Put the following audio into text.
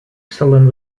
stellen